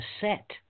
set